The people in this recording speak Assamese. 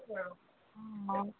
অঁ